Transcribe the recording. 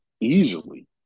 easily